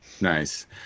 Nice